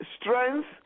strength